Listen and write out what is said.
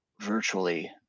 virtually